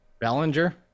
Bellinger